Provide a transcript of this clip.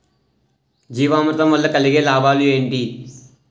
జీవామృతం వల్ల కలిగే లాభాలు ఏంటి?